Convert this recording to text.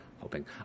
hoping